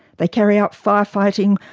they carry out fire-fighting,